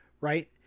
right